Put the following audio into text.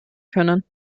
können